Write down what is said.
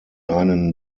einen